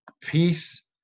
peace